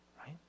right